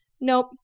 nope